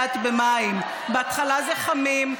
לאט-לאט במים: בהתחלה זה חמים,